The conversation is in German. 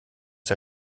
der